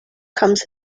comes